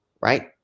right